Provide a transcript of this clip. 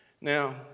Now